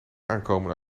aankomen